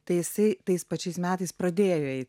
tai jisai tais pačiais metais pradėjo eit